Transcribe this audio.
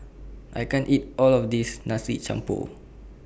I can't eat All of This Nasi Campur